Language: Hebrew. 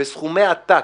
בסכומי עתק,